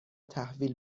تحویل